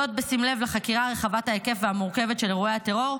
זאת בשים לב לחקירה רחבת ההיקף והמורכבת של אירועי הטרור,